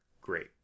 great